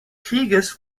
krieges